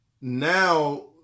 Now